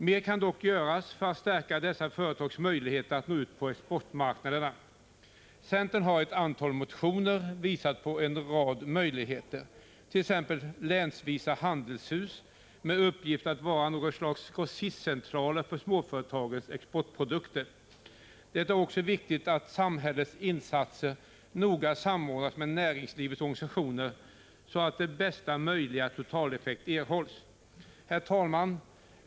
Mer kan dock göras för att stärka dessa företags möjligheter att nå ut på exportmarknaderna. Centern har i ett antal motioner visat på en rad möjligheter, t.ex. länsvisa handelshus med uppgift att vara något slags grossistcentraler för småföretagens exportprodukter. Det är då också viktigt att samhällets insatser noga samordnas med näringslivets organisationer, så att bästa möjliga totaleffekt erhålls. Herr talman!